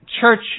church